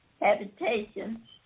habitation